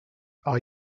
are